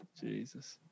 Jesus